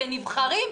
הנבחרים,